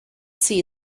see